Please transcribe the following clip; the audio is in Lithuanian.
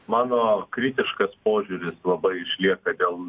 mano kritiškas požiūris labai išlieka dėl